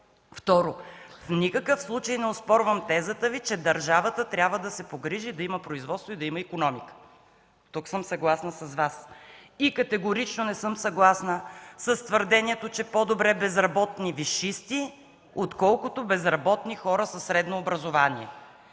Второ, в никакъв случай не оспорвам тезата Ви, че държавата трябва да се погрижи да има производство, да има икономика. Тук съм съгласна с Вас. И категорично не съм съгласна с твърдението – по-добре безработни висшисти, отколкото безработни хора със средно образование,